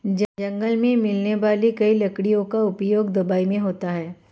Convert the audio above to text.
जंगल मे मिलने वाली कई लकड़ियों का उपयोग दवाई मे होता है